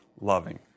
loving